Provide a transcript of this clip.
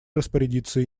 распорядиться